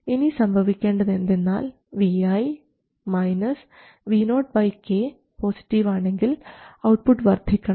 ഇനി സംഭവിക്കേണ്ടത് എന്തെന്നാൽ Vi Vo k പോസിറ്റീവ് ആണെങ്കിൽ ഔട്ട്പുട്ട് വർദ്ധിക്കണം